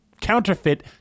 counterfeit